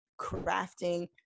crafting